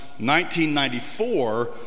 1994